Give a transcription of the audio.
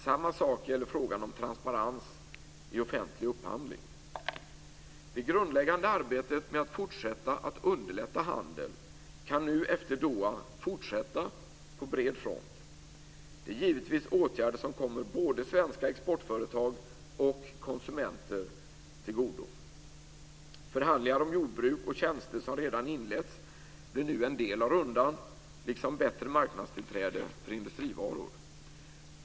Samma sak gäller frågan om transparens i offentlig upphandling. Det grundläggande arbetet med att fortsätta att underlätta handeln kan nu efter Doha fortsätta på bred front. Det är givetvis åtgärder som kommer både svenska exportföretag och konsumenter till godo. Förhandlingar om jordbruk och tjänster som redan inletts blir nu en del av rundan, liksom bättre marknadstillträde för industrivaror.